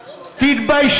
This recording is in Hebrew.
ערוץ 2. תתביישי.